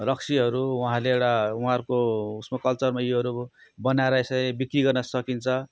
रक्सीहरू उहाँले एउटा उहाँहरूको उयसमा कल्चरमा योहरू बनाएर यसरी बिक्री गर्न सकिन्छ